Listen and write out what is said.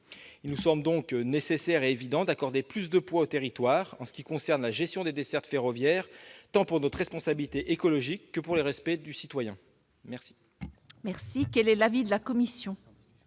Il nous semble donc nécessaire d'accorder plus de poids aux territoires s'agissant de la gestion des dessertes ferroviaires, tant pour notre responsabilité écologique que pour le respect des citoyens.